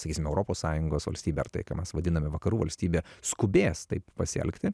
sakysime europos sąjungos valstybė ar tai ką mes vadiname vakarų valstybe skubės taip pasielgti